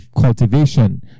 cultivation